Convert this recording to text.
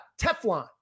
teflon